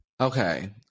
okay